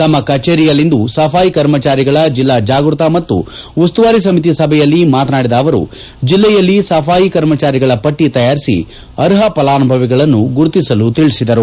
ತಮ್ಮ ಕಚೇರಿಯಲ್ಲಿಂದು ಸಫಾಯಿ ಕರ್ಮಚಾರಿಗಳ ಜಿಲ್ಲಾ ಜಾಗೃತ ಮತ್ತು ಉಸ್ತುವಾರಿ ಸಮಿತಿ ಸಭೆಯಲ್ಲಿ ಮಾತನಾಡಿದ ಅವರು ಜಿಲ್ಲೆಯಲ್ಲಿ ಸಫಾಯಿ ಕರ್ಮಜಾರಿಗಳ ಪಟ್ಟಿ ತಯಾರಿಸಿ ಅರ್ಹ ಫಲಾನುಭವಿಗಳನ್ನು ಗುರುತಿಸಲು ತಿಳಿಸಿದರು